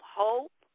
hope